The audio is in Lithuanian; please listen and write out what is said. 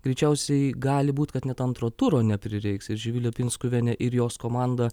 greičiausiai gali būti kad net antro turo neprireiks ir živilė pinskuvienė ir jos komanda